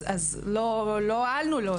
אז לא הועלנו לו,